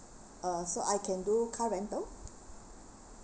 uh so I can do car rental